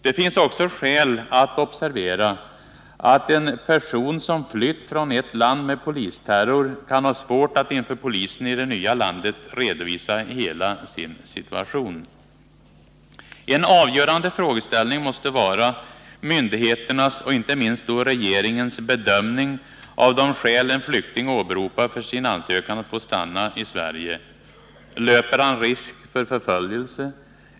Det finns också skäl att observera att en person som flytt från ett land med polisterror kan ha svårt att inför polisen i det nya landet redovisa hela sin situation. En avgörande frågeställning måste vara myndigheternas och inte minst då regeringens bedömning av de skäl en flykting åberopar för sin ansökan att få stanna i Sverige. Löper han risk för förföljelse?